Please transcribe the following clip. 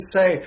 say